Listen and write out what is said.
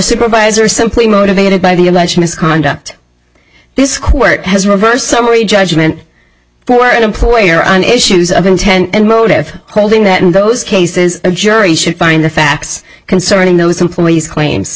supervisor simply motivated by the alleged misconduct this court has reversed summary judgment for an employer on issues of intent and motive holding that in those cases a jury should find the facts concerning those employees claims